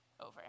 over